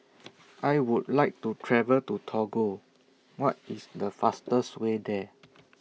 I Would like to travel to Togo What IS The fastest Way There